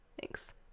Thanks